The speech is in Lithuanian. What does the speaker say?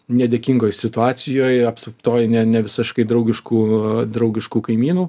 nedėkingoj situacijoj apsuptoj ne nevisiškai draugiškų draugiškų kaimynų